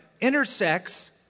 intersects